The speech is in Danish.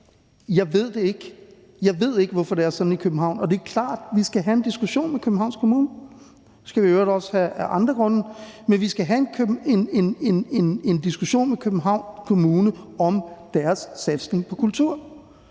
Jeg ved ikke, hvorfor det er sådan i København, og det er klart, at selvfølgelig skal vi have en diskussion med Københavns Kommune. Det skal vi i øvrigt også have af andre grunde. Men vi skal have en diskussion med Københavns Kommune om deres satsning på kultur,